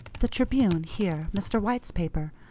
the tribune here, mr. white's paper,